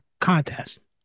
contest